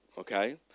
Okay